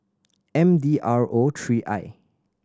M D R O three I